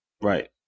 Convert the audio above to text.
Right